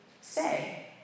say